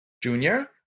Junior